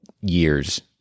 years